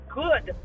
good